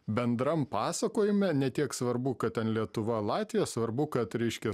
bendram pasakojime ne tiek svarbu kad ten lietuva latvija svarbu kad reiškia